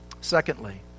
Secondly